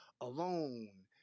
Alone